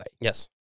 Yes